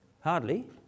hardly